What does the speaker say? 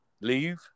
Leave